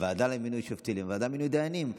מהוועדה למינוי שופטים לוועדה למינוי דיינים.